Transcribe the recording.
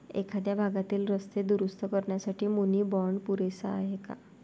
एखाद्या भागातील रस्ते दुरुस्त करण्यासाठी मुनी बाँड पुरेसा आहे का?